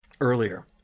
earlier